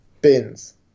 bins